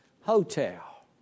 hotel